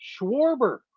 Schwarber